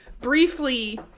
briefly